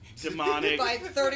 Demonic